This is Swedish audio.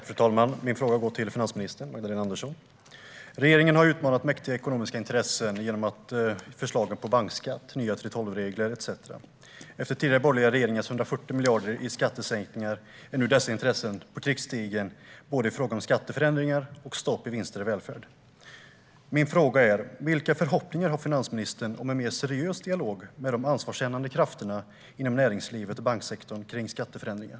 Fru talman! Min fråga går till finansminister Magdalena Andersson. Regeringen har utmanat mäktiga ekonomiska intressen genom förslagen på bankskatt, nya 3:12-regler etcetera. Efter tidigare borgerliga regeringars 140 miljarder i skattesänkningar är nu dessa intressen på krigsstigen i fråga om både skatteförändringar och stopp för vinster i välfärd. Vilka förhoppningar har finansministern om en mer seriös dialog med de ansvarskännande krafterna inom näringslivet och banksektorn om skatteförändringar?